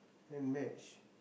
and match